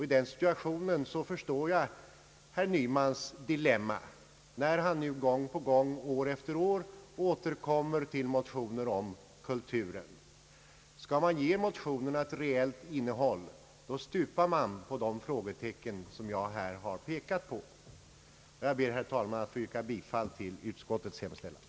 I den situationen förstår jag herr Nymans dilemma, när han år efter år återkommer med motioner om kultur. Skall man ge motionerna ett reellt innehåll, stupar man på de frågetecken jag här har pekat på. Jag ber, herr talman, att få yrka bifall till utskottets hemställan.